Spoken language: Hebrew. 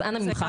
אז אנא ממך,